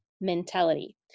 mentality